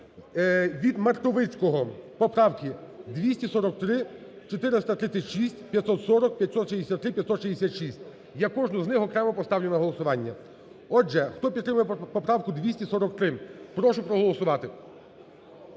від Мартовицького поправки 243, 436, 540, 563, 566, я кожну з них окремо поставлю на голосування. Отже, хто підтримує поправку 243, прошу проголосувати.